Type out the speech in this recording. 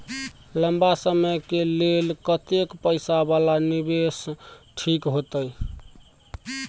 लंबा समय के लेल कतेक पैसा वाला निवेश ठीक होते?